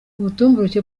ubutumburuke